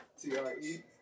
T-R-E